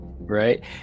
Right